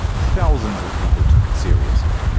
thousands of people took it seriously.